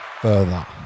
further